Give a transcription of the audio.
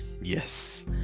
Yes